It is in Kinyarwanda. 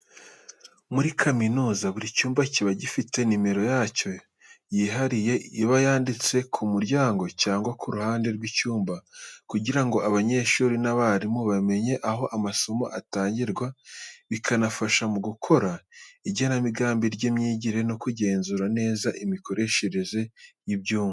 Muri kaminuza buri cyumba kiba gifite nimero yacyo yihariye iba yanditse ku muryango cyangwa ku ruhande rw'icyumba, kugira ngo abanyeshuri n'abarimu bamenye aho amasomo atangirwa, bikanafasha mu gukora igenamigambi ry'imyigire no kugenzura neza imikoreshereze y'ibyumba.